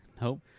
Nope